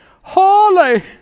holy